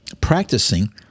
Practicing